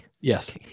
yes